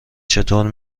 چطور